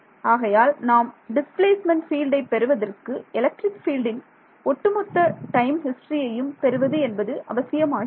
ஆகையால் நாம் டிஸ்பிளேஸ்மெண்ட் பீல்டை பெறுவதற்கு எலக்ட்ரிக் ஃபீல்டின் ஒட்டுமொத்த டைம் ஹிஸ்டரியையும் பெறுவது என்பது அவசியமாகிறது